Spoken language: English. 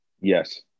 Yes